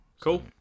cool